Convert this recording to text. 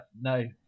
no